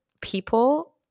people